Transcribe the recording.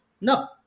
No